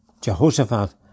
Jehoshaphat